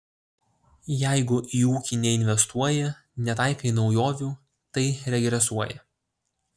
jeigu į ūkį neinvestuoji netaikai naujovių tai regresuoji